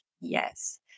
yes